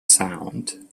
sound